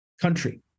country